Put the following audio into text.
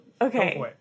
okay